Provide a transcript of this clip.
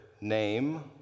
name